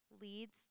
leads